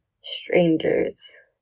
strangers